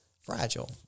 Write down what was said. fragile